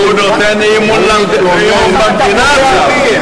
הוא נותן אי-אמון למדינה עכשיו.